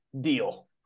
deal